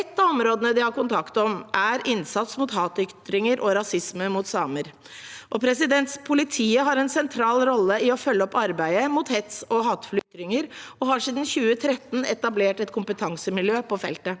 Et av områdene de har kontakt om, er innsats mot hatytringer og rasisme mot samer. Politiet har en sentral rolle i å følge opp arbeidet mot hets og hatefulle ytringer og har siden 2013 etablert et kompetansemiljø på feltet.